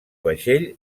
vaixell